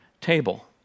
table